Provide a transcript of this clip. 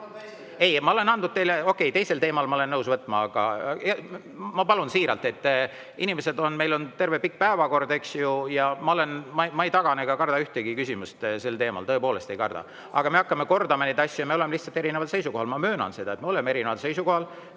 Ei, ma olen andnud teile … Aga okei, teisel teemal ma olen nõus võtma, aga ma palun siiralt, inimesed, meil on terve pikk päevakord, eks ju. Ma ei tagane ega karda ühtegi küsimust sel teemal, tõepoolest ei karda, aga me hakkame neid asju kordama. Me oleme lihtsalt erineval seisukohal. Ma möönan seda, et me oleme erineval seisukohal.